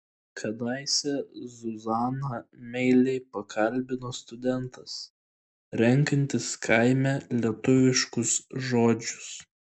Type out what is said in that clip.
kadaise zuzaną meiliai pakalbino studentas renkantis kaime lietuviškus žodžius